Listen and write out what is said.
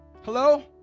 Hello